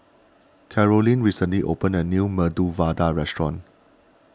Carolyne recently opened a new Medu Vada restaurant